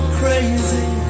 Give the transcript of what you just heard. crazy